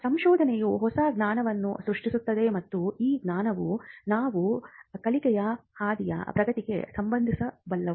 ಸಂಶೋಧನೆಯು ಹೊಸ ಜ್ಞಾನವನ್ನು ಸೃಷ್ಟಿಸುತ್ತದೆ ಮತ್ತು ಈ ಜ್ಞಾನವು ನಾವು ಕಲಿಕೆಯ ಹಾದಿಯ ಪ್ರಗತಿಗೆ ಸಂಬಂಧಿಸಬಲ್ಲದು